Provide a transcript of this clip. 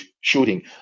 shooting